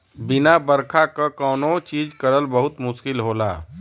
बिना बरखा क कौनो चीज करल बहुत मुस्किल होला